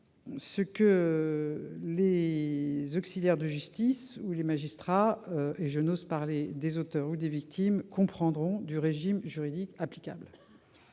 ce que les auxiliaires de justice ou les magistrats- je n'ose parler des auteurs ou des victimes -comprendront du régime juridique applicable